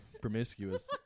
promiscuous